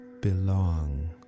belong